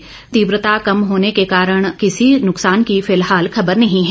कम तीव्रता कम होने के कारण किसी नुकसान की फिलहाल खबर नहीं है